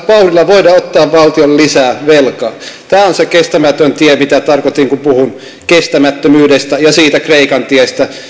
vauhdilla voida ottaa valtiolle lisää velkaa tämä on se kestämätön tie mitä tarkoitin kun puhuin kestämättömyydestä ja siitä kreikan tiestä